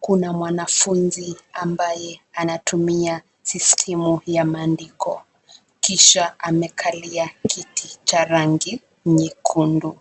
Kuna mwanafunzi ambaye anatumia sistimu ya maandiko , kisha amekalia kiti cha rangi nyekundu.